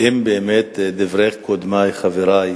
אם באמת דברי קודמי, חברי,